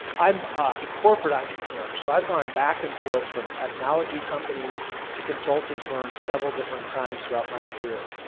i'm a corporate entrepreneur. so, i've gone back and forth from technology companies to consulting firm several different times throughout my career,